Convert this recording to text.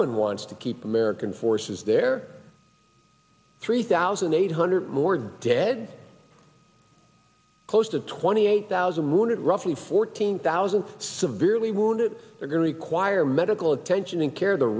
one wants to keep american forces there three thousand eight hundred more dead close to twenty eight thousand wounded roughly fourteen thousand severely wounded are going to require medical attention and care the